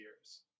years